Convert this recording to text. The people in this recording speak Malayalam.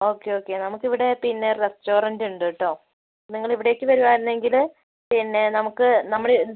ഓക്കേ ഓക്കേ നമുക്ക് ഇവിടെ പിന്നെ റെസ്റ്റോറൻറ്റ് ഉണ്ട് കേട്ടോ നിങ്ങൾ ഇവിടേക്ക് വരുവായിരുന്നെങ്കിൽ പിന്നെ നമുക്ക് നമ്മൾ